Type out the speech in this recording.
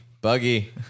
buggy